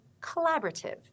collaborative